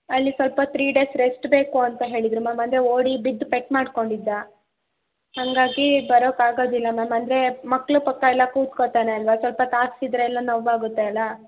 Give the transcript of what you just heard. ಅಲ್ಲಿ ಸ್ವಲ್ಪ three days rest ಬೇಕು ಅಂತ ಹೇಳಿದ್ದರು ಮ್ಯಾಮ್ ಅಂದರೆ ಓಡಿ ಬಿದ್ದು ಪೆಟ್ಟು ಮಾಡಿಕೊಂಡಿದ್ದ ಹಾಗಾಗಿ ಬರೋಕ್ಕೆ ಆಗೋದಿಲ್ಲ ಮ್ಯಾಮ್ ಅಂದರೆ ಮಕ್ಳ ಪಕ್ಕ ಎಲ್ಲ ಕೂತ್ಕೋತಾನೆ ಅಲ್ವಾ ಸ್ವಲ್ಪ ತಾಗಿಸಿದ್ರೆ ಎಲ್ಲ ನೋವು ಆಗುತ್ತೆ ಅಲ್ಲ